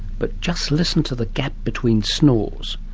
but just listen to the gap between snores.